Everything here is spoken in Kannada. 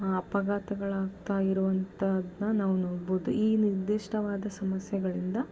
ಅಪಘಾತಗಳಾಗ್ತಾ ಇರುವಂಥದ್ದನ್ನ ನಾವು ನೋಡ್ಬೋದು ಈ ನಿರ್ದಿಷ್ಟವಾದ ಸಮಸ್ಯೆಗಳಿಂದ